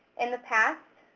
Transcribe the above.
in the past,